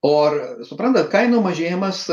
o ar suprantat kainų mažėjimas